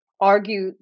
argue